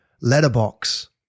letterbox